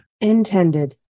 Intended